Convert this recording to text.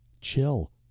chill